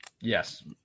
Yes